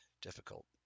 difficult